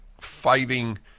fighting